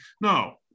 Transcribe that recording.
No